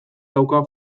dauka